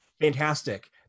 Fantastic